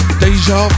deja